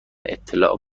اطلاع